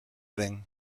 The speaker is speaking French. vingts